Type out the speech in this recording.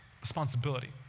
responsibility